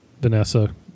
Vanessa